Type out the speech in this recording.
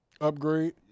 Upgrade